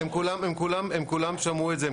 הם כולם שמעו את זה,